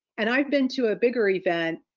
and i've been to a bigger event.